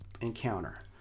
encounter